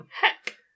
Heck